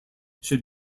should